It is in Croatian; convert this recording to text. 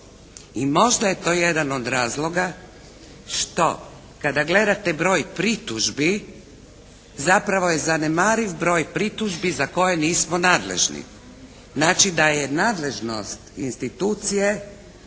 i možda je to jedan od razloga kada gledate broj pritužbi zapravo je zanemariv broj pritužbi za koje nismo nadležni. Znači da je nadležnost institucije